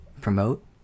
Promote